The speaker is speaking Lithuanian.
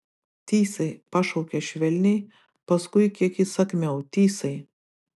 tysai pašaukė švelniai paskui kiek įsakmiau tysai